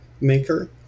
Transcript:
maker